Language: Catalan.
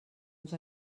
ens